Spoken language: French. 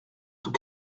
tout